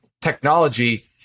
technology